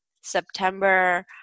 September